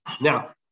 now